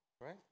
right